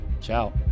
Ciao